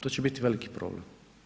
To će biti veliki problem.